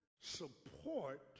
support